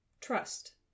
Trust